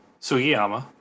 Sugiyama